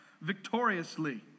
victoriously